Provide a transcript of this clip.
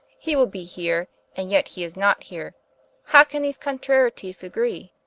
he will be here, and yet he is not here how can these contrarieties agree?